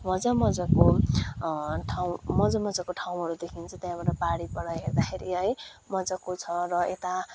मज्जा मज्जाको ठाउँ मज्जा मज्जाको ठाउँहरू देख्नुहुन्छ त्यहाँबाट पारिबाट हेर्दाखेरि है मज्जाको छ र यता